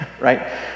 right